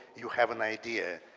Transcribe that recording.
you have an idea.